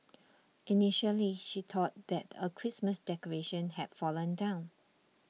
initially she thought that a Christmas decoration had fallen down